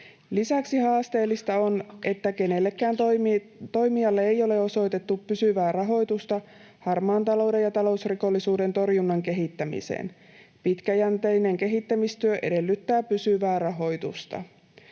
Lisäksi haasteellista on, että kenellekään toimijalle ei ole osoitettu pysyvää rahoitusta harmaan talouden ja talousrikollisuuden torjunnan kehittämiseen. Pitkäjänteinen kehittämistyö edellyttää pysyvää rahoitusta.